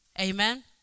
Amen